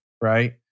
right